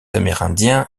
amérindiens